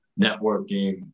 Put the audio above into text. networking